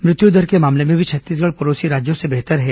मृत्युदर के मामले में भी छत्तीसगढ़ पड़ोसी राज्यों से बेहतर है